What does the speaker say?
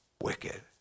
wicked